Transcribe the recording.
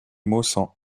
maussangs